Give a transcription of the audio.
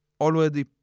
already